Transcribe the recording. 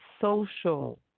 social